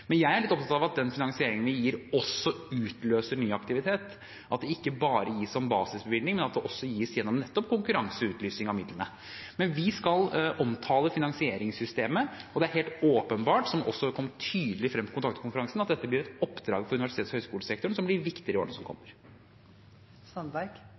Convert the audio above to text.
Men jeg er litt opptatt av at den finansieringen vi gir, også utløser ny aktivitet – at den ikke bare gis som basisbevilgning, men at den også gis gjennom nettopp konkurranse og utlysing av midlene. Vi skal omtale finansieringssystemet, og det er helt åpenbart, som også kom tydelig frem på kontaktkonferansen, at dette er et oppdrag for universitets- og høyskolesektoren som blir viktigere i årene som